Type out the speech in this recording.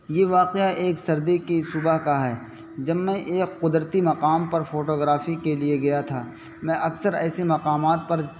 یہ واقعہ ایک سردی کی صبح کا ہے جب میں ایک قدرتی مقام پر فوٹوگرافی کے لیے گیا تھا میں اکثر ایسے مقامات پر